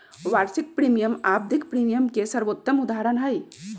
वार्षिक प्रीमियम आवधिक प्रीमियम के सर्वोत्तम उदहारण हई